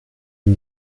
ihm